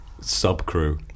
sub-crew